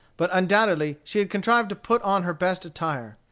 but undoubtedly she had contrived to put on her best attire.